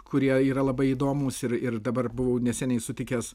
kurie yra labai įdomūs ir ir dabar buvau neseniai sutikęs